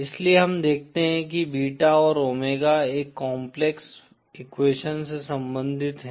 इसलिए हम देखते हैं कि बीटा और ओमेगा एक काम्प्लेक्स एक्वेशन से संबंधित हैं